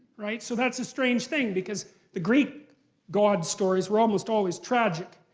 right? so that's a strange thing because the greek god stories were almost always tragic.